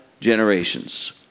generations